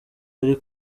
ari